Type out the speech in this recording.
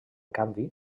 canvi